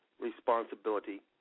responsibility